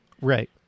Right